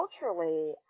culturally